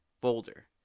folder